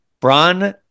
Braun